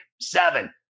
seven